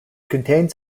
contains